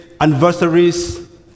anniversaries